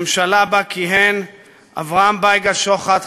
ממשלה שבה כיהן אברהם בייגה שוחט,